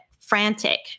frantic